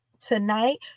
Tonight